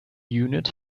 unit